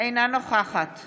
אינה נוכחת